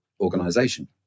organization